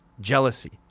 jealousy